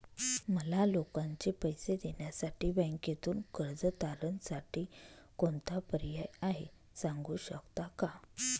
मला लोकांचे पैसे देण्यासाठी बँकेतून कर्ज तारणसाठी कोणता पर्याय आहे? सांगू शकता का?